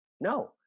No